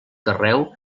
carreu